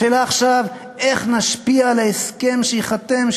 השאלה עכשיו היא איך נשפיע על ההסכם שייחתם,